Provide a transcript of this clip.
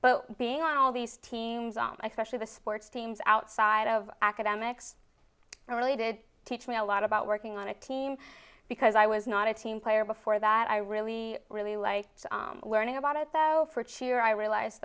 but being on all these teams on my specially the sports teams outside of academics really did teach me a lot about working on a team because i was not a team player before that i really really like to learn about it though for cheer i realize